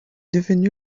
devenue